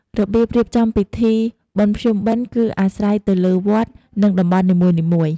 របៀបរៀបចំពិធីបុណ្យភ្ជុំបិណ្ឌគឺអាស្រ័យទៅលើវត្ត និងតំបន់នីមួយៗ។